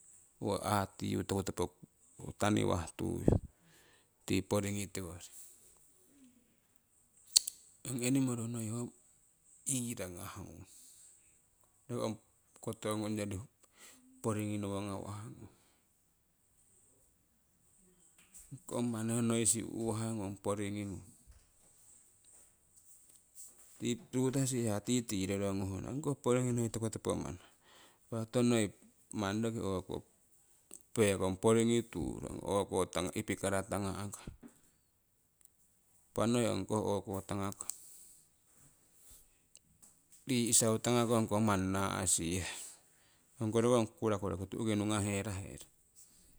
Owo aatiyuu tokutopo taniwah tuyu tii poringii tiwori. ong animoro noi ho iirangah ngung, roki koto poringii nowo ngawah ngung, koh manni ho noisi uuhwah ngung ong poringii ngung. Tii rutosihah tii tii roronguhna ongkoh poringii noi toku topo manah impah ho koh noi mani rokii pekong poringii turu ohko tangakong ipikara tangakong impah noi ongkoh o'ko tangakong rii'sau tangakong manni naa'sihah ongko rokong kukuraku roki tu'ki nuungahe raherong